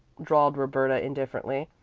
drawled roberta indifferently.